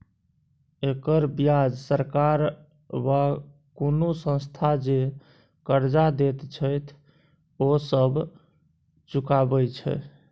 एकर बियाज सरकार वा कुनु संस्था जे कर्जा देत छैथ ओ सब चुकाबे छै